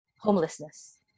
homelessness